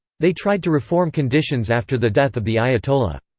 they tried to reform conditions after the death of the ayatollah.